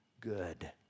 good